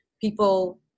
people